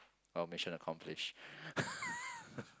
oh mission accomplished